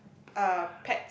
uh pets